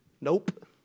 Nope